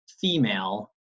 female